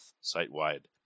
site-wide